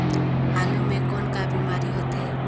आलू म कौन का बीमारी होथे?